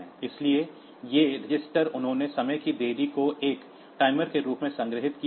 इसलिए ये रजिस्टर उन्होंने समय की देरी को एक टाइमर के रूप में संग्रहीत किया है